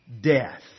death